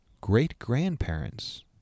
great-grandparents